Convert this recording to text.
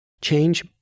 change